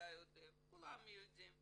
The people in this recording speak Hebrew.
ואתה יודע וכולם יודעים,